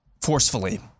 forcefully